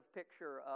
picture